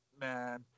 man